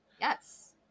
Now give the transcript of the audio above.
Yes